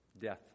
Death